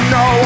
no